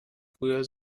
früher